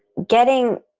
getting,